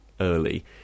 early